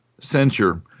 censure